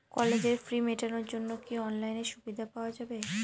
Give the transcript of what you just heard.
কলেজের ফি মেটানোর জন্য কি অনলাইনে সুবিধা পাওয়া যাবে?